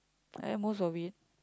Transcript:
I ate most of it